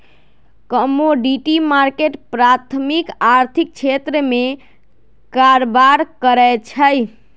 commodity market प्राथमिक आर्थिक क्षेत्र में कारबार करै छइ